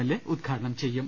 L A ഉദ്ഘാടനം ചെയ്യും